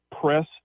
press